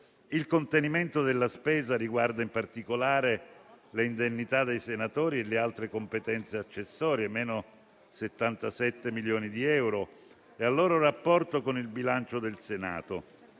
Il contenimento della spesa riguarda, in particolare, le indennità dei senatori e le altre competenze accessorie (meno 77 milioni di euro) e il loro rapporto con il bilancio del Senato,